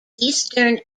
eastern